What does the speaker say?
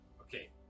Okay